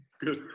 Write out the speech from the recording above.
Good